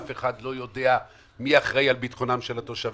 אף אחד לא ידע מי אחראי על ביטחונם של התושבים,